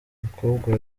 umukobwa